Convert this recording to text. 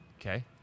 Okay